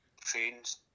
trains